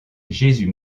jésus